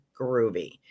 groovy